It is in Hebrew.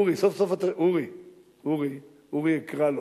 אורי, אורי אקרא לו.